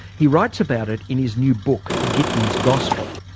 he writes about it in his new book, gittins' gospel.